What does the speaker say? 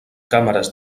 càmeres